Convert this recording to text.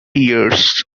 years